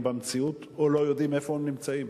במציאות או לא יודעים איפה הם נמצאים.